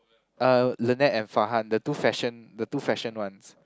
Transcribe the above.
uh Lynette and Farhan the two fashion the two fashion ones